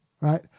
right